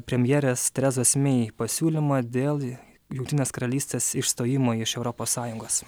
premjerės teresos mei pasiūlymą dėl jungtinės karalystės išstojimo iš europos sąjungos